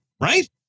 right